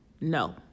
No